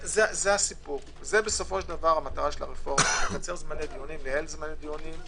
זו המטרה של הרפורמה לייעל זמני דיונים,